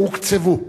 והוקצבו.